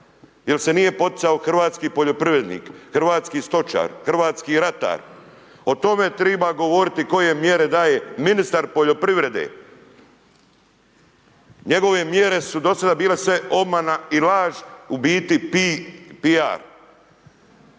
Jer se nije poticao hrvatski poljoprivrednik, hrvatski stočar, hrvatski ratar. O tome treba govoriti koje mjere daje ministar poljoprivrede. Njegove mjere su do sada bile samo obmana i laž, u biti PR.